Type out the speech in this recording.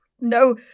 No